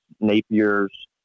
Napier's